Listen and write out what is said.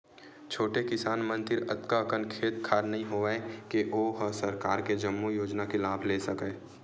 छोटे किसान मन तीर अतका अकन खेत खार नइ होवय के ओ ह सरकार के जम्मो योजना के लाभ ले सकय